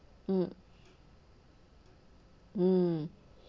mm mm